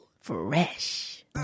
Fresh